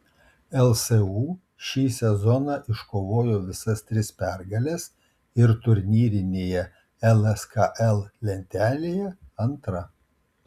lsu šį sezoną iškovojo visas tris pergales ir turnyrinėje lskl lentelėje antra